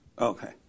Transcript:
Okay